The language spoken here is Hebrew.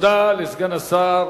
תודה לסגן השר,